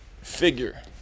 figure